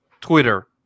Twitter